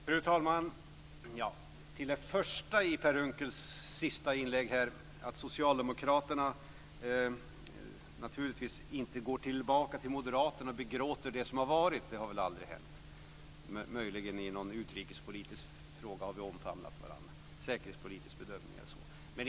Fru talman! Jag går till det första i Per Unckels senaste inlägg, nämligen att socialdemokraterna inte går tillbaka till moderaterna och begråter det som har varit. Det har väl aldrig hänt. Möjligen har vi omfamnat varandra i någon utrikespolitisk fråga med någon säkerhetspolitisk bedömning eller så.